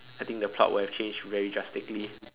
I think the plot would have changed very drastically